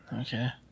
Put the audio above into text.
Okay